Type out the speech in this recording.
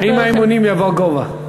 עם האימונים יבוא הגובה.